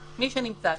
למי שנמצא שם,